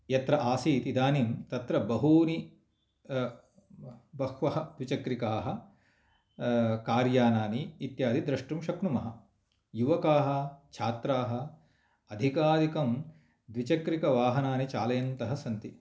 यत्र आसीत् इदानीं तत्र बहुनी बहवः द्विचक्रिकाः कार्यानानि इत्यादि द्रष्टुं शक्नुमः युवकाः छात्राः अधिकाधिकं द्विचक्रिकवाहनानि चालयन्तः सन्ति